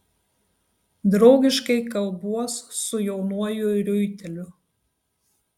draugiškai kalbuos su jaunuoju riuiteliu